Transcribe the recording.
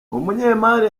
umunyemari